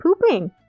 pooping